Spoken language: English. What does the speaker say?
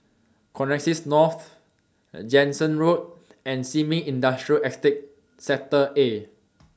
Connexis North Jansen Road and Sin Ming Industrial Estate Sector A